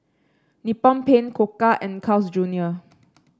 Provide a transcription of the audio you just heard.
Nippon Paint Koka and Carl's Junior